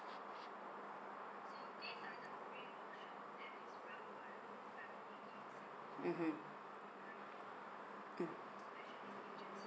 mmhmm mm